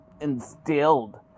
instilled